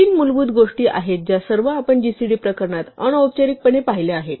तीन मूलभूत गोष्टी आहेत ज्या सर्व आपण जीसीडी प्रकरणात अनौपचारिकपणे पाहिल्या आहेत